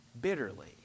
bitterly